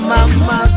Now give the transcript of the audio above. Mama